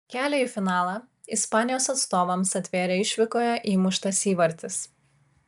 kelią į finalą ispanijos atstovams atvėrė išvykoje įmuštas įvartis